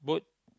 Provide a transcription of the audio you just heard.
boat